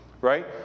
right